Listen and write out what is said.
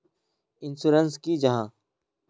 Insurance की जाहा?